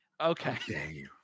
Okay